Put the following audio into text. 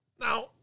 Now